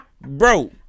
bro